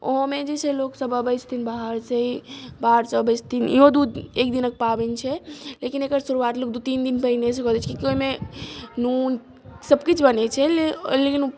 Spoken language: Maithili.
ओहोमे जे छै लोकसभ अबैत छथिन बाहरसँ ही बाहरसँ अबैत छथिन इहो दू दिन एक दिनक पाबनि छै लेकिन एकर शुरुआत दू तीन दिन पहिनेसँ करैत छै कि ओहिमे नून सभकिछु बनैत छै लेकिन